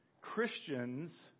Christians